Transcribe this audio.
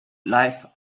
live